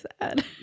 sad